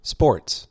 Sports